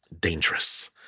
dangerous